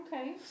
Okay